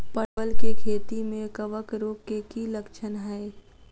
परवल केँ खेती मे कवक रोग केँ की लक्षण हाय?